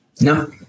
No